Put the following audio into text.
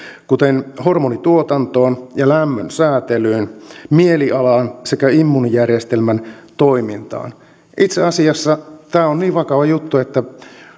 kuten hormonituotantoon ja lämmönsäätelyyn mielialaan sekä immuunijärjestelmän toimintaan itse asiassa tämä on niin vakava juttu että